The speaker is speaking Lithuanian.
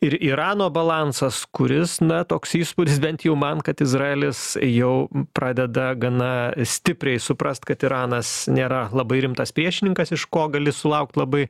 ir irano balansas kuris na toks įspūdis bent jau man kad izraelis jau pradeda gana stipriai suprast kad iranas nėra labai rimtas priešininkas iš ko gali sulaukt labai